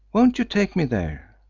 won't you take me there?